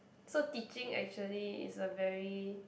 so teaching actually is a very